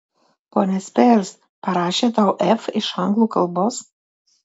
ponia spears parašė tau f iš anglų kalbos